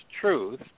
truth